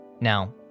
Now